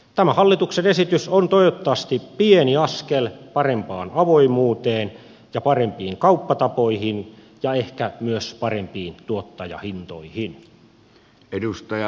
tämä hallituksen esitys on toivottavasti pieni askel parempaan avoimuuteen ja parempiin kauppatapoihin ja ehkä myös parempiin tuottajahintoihin